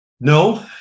No